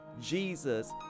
jesus